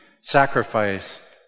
sacrifice